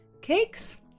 Cakes